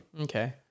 Okay